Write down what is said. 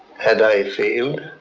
had i failed,